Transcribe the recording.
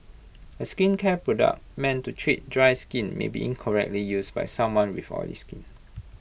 A skincare product meant to treat dry skin may be incorrectly used by someone with oily skin